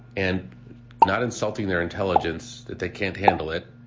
and not insulting their intelligence that they can't handle it.